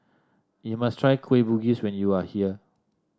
you must try Kueh Bugis when you are here